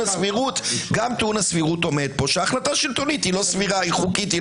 הסבירות עומד פה שהחלטה שלטונית היא חוקית,